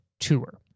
Tour